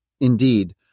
Indeed